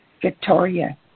Victoria